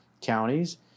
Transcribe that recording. counties